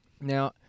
Now